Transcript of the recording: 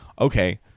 okay